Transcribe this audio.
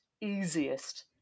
easiest